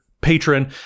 patron